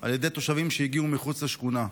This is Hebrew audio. על ידי תושבים שהגיעו מחוץ לשכונה.